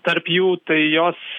tarp jų tai jos